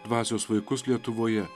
dvasios vaikus lietuvoje